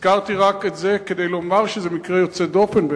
הזכרתי את זה כדי לומר שזה מקרה יוצא דופן,